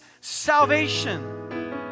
salvation